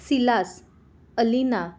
silas alina